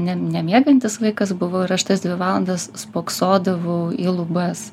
ne nemiegantis vaikas buvau ir aš tas dvi valandas spoksodavau į lubas